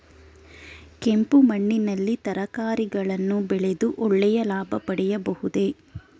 ಕೆಂಪು ಮಣ್ಣಿನಲ್ಲಿ ತರಕಾರಿಗಳನ್ನು ಬೆಳೆದು ಒಳ್ಳೆಯ ಲಾಭ ಪಡೆಯಬಹುದೇ?